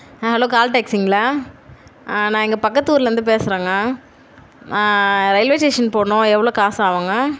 ஹான் hello call டேக்சிங்களா நான் இங்கே பக்கத்தூர்லேருந்து பேசுகிறேங்க ரயில்வே ஸ்டேஷன் போகணும் எவ்வளோ காசு ஆகுங்க